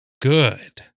Good